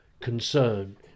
concern